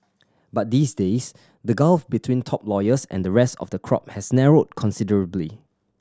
but these days the gulf between top lawyers and the rest of the crop has narrowed considerably